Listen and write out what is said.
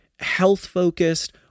health-focused